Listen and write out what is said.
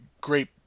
great